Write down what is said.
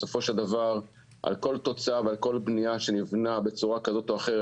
בסופו של דבר על כל תוצאה ועל כל בנייה שנבנית בצורה כזאת או אחרת,